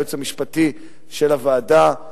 היועץ המשפטי של הוועדה,